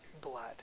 blood